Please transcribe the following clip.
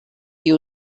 you